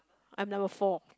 I'm number four